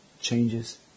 changes